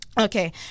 okay